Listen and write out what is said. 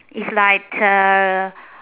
is like uh